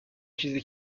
چیزی